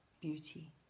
beauty